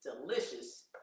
delicious